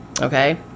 Okay